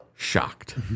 shocked